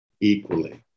equally